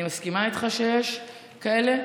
אני מסכימה איתך שיש כאלה,